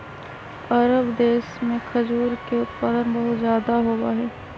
अरब देश में खजूर के उत्पादन बहुत ज्यादा होबा हई